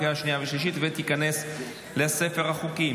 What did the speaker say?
בעד, תשעה, אפס מתנגדים.